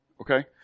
Okay